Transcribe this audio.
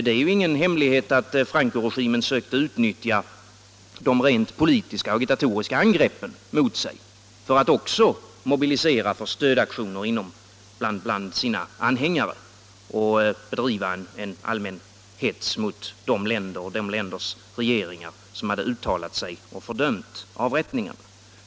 Det är ju ingen hemlighet att Francoregimen sökte utnyttja de rent politiska och agitatoriska angreppen mot sig för att mobilisera till stödaktioner bland sina anhängare och bedriva en allmän hets mot de länder och deras regeringar som hade uttalat sig och fördömt avrättningarna.